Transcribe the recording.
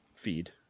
feed